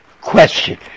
question